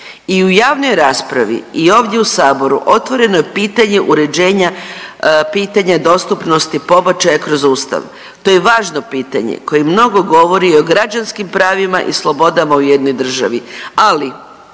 I u javnoj raspravi i ovdje u Saboru otvoreno je pitanje uređenja pitanja dostupnosti pobačaja kroz Ustav, to je važno pitanje koje mnogo govori o građanskim pravima i slobodama u jednoj državi, ali